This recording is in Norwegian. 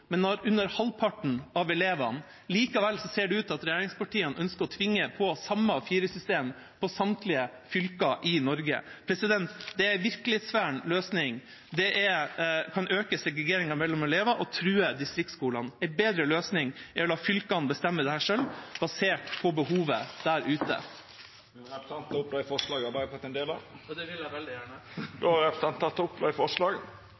men har under halvparten av elevene. Likevel ser det ut til at regjeringspartiene ønsker å tvinge samme A4-system på samtlige fylker i Norge. Det er en virkelighetsfjern løsning. Det kan øke segregeringen mellom elever og true distriktsskolene. En bedre løsning er å la fylkene bestemme dette selv, basert på behovet der ute. Vil representanten ta opp det forslaget Arbeidarpartiet er ein del av? Det vil jeg veldig gjerne. Representanten Martin Henriksen har teke opp